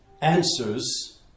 answers